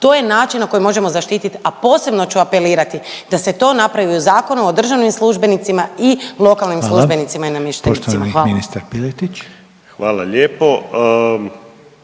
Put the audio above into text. To je način na koji možemo zaštiti, a posebno ću apelirati da se to napravi o Zakonu o državnim službenicima i lokalnim službenicima i namještenicima. Hvala. **Reiner,